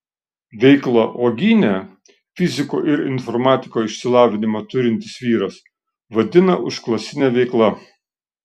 veiklą uogyne fiziko ir informatiko išsilavinimą turintis vyras vadina užklasine veikla